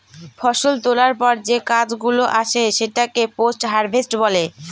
ফষল তোলার পর যে কাজ গুলো আসে সেটাকে পোস্ট হারভেস্ট বলে